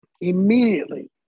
Immediately